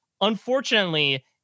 unfortunately